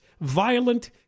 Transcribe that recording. violent